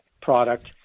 product